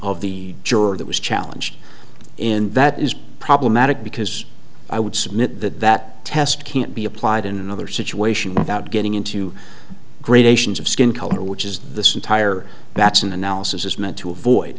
of the juror that was challenge and that is problematic because i would submit that that test can't be applied in another situation without getting into gradations of skin color which is this entire that's an analysis is meant to